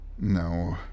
No